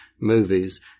movies